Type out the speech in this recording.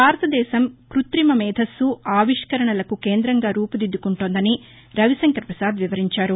భారతదేశం కృతిమ మేధస్సు ఆవిష్కరణలకు కేంద్రంగా రూపుదిద్దుకుంటోందని రవిశంకర్పపసాద్ వివరించారు